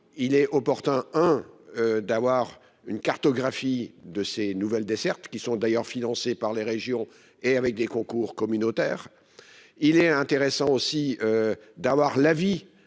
il est opportun hein. D'avoir une cartographie de ces nouvelles dessertes qui sont d'ailleurs financées par les régions et avec des concours communautaires. Il est intéressant. D'avoir l'avis.